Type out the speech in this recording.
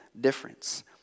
difference